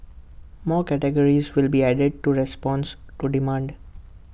more categories will be added to response to demand